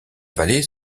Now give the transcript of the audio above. vallée